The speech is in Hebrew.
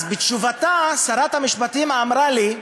אז בתשובתה, שרת המשפטים אמרה לי,